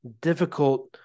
difficult